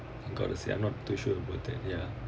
I got to say I'm not too sure about that yeah